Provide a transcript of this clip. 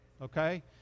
okay